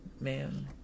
man